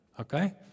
Okay